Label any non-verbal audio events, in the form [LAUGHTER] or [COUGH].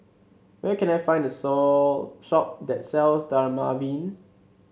where can I find the [UNINTELLIGIBLE] shop that sells Dermaveen